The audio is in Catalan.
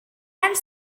ens